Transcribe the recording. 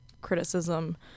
criticism